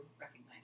recognize